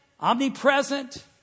omnipresent